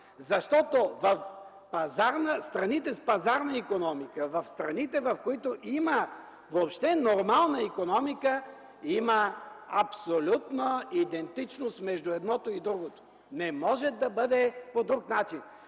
защото в страните с пазарна икономика, в страните, в които има въобще нормална икономика, има абсолютна идентичност между едното и другото. Не може да бъде по друг начин.